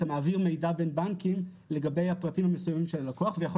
אתה מעביר מידע בין בנקים לגבי הפרטים המסוימים של הלקוח ויכול